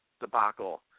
debacle